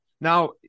Now